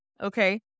Okay